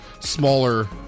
smaller